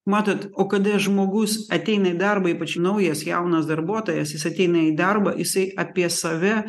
matot o kada žmogus ateina į darbą ypač naujas jaunas darbuotojas jis ateina į darbą jisai apie save